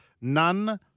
None